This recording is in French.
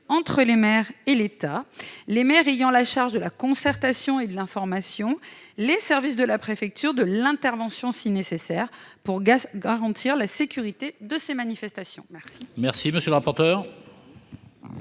entre les maires et l'État, les maires ayant la charge de la concertation et de l'information, les services de la préfecture celle de l'intervention, si nécessaire, afin de garantir la sécurité de ces manifestations. Quel est l'avis de la